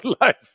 life